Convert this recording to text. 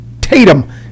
Tatum